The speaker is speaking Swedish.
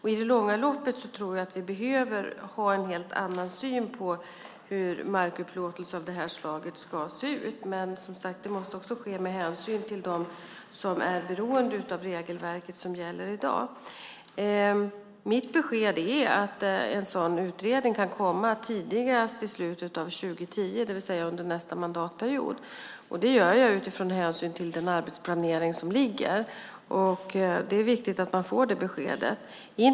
I det långa loppet tror jag att vi behöver ha en helt annan syn på hur markupplåtelse av det här slaget ska se ut, men det måste som sagt var också ske med hänsyn till dem som är beroende av det regelverk som gäller i dag. Mitt besked är att en sådan utredning kan komma tidigast i slutet av 2010, det vill säga under nästa mandatperiod. Det gör jag utifrån den arbetsplanering som föreligger, och det är viktigt att man får det beskedet.